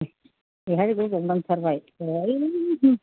बेवहाय गोबाव नांथारबाय दहायनो